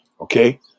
Okay